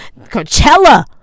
Coachella